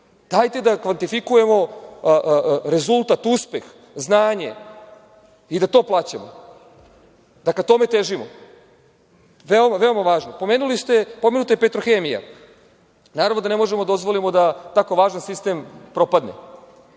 Dajte da kvantifikujemo rezultat, uspeh, znanje i da to plaćamo, da ka tome težimo. Veoma važno, pomenuta je „Petrohemija“. Naravno da ne možemo da dozvolimo da tako važan sistem propadne